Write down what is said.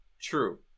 True